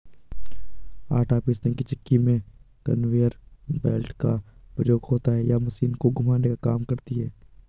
आटा पीसने की चक्की में कन्वेयर बेल्ट का प्रयोग होता है यह मशीन को घुमाने का काम करती है